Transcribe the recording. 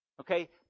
Okay